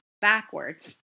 backwards